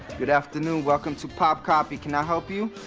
good afternoon, welcome to popcopy, can i help you?